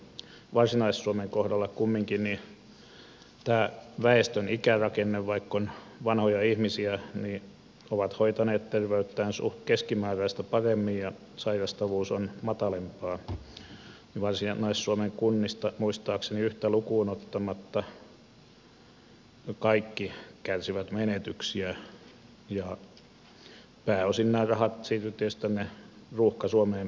varsinais suomen kohdalla kumminkin tämän väestön ikärakenteen osalta on niin että vaikka on vanhoja ihmisiä ja he ovat hoitaneet terveyttään keskimääräistä paremmin ja sairastavuus on matalampaa niin varsinais suomen kunnista muistaakseni yhtä lukuun ottamatta kaikki kärsivät menetyksiä ja pääosin nämä rahat siirtyvät tietysti tänne ruuhka suomeen pääkaupunkiseudulle